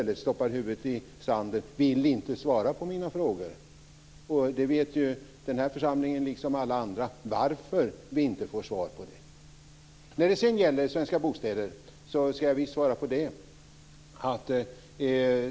Hon stoppar huvudet i sanden och vill inte svara på mina frågor. Den här församlingen liksom alla andra vet varför vi inte får svar. Jag ska visst ge ett svar beträffande Svenska Bostäder.